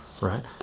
right